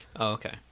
okay